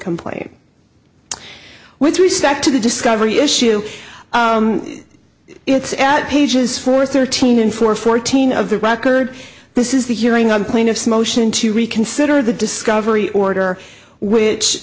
complaint with respect to the discovery issue it's at pages four thirteen and for fourteen of the record this is the hearing on plaintiff's motion to reconsider the discovery order which